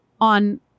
on